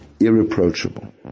irreproachable